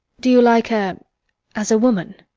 do you like her as a woman?